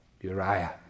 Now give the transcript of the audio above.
Uriah